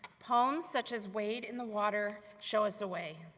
poems such as wade in the water show us a way.